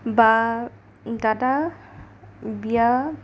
বা দাদা বিয়া